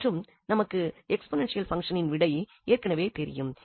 மற்றும் நமக்கு எக்ஸ்போநென்ஷியல் பங்சனின் விடை ஏற்கனவே தெரியும்